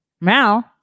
Now